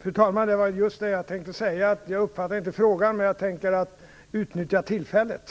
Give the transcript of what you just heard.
Fru talman! Det var just det jag tänkte säga - att jag inte uppfattade frågan. Jag tänker dock utnyttja tillfället